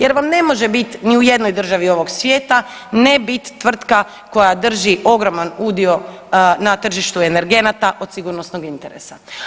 Jer vam ne može biti ni u jednoj državi ovoga svijeta ne biti tvrtka koja drži ogroman udio na tržištu energenata od sigurnosnog interesa.